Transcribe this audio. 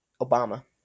obama